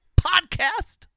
podcast